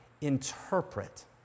interpret